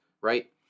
right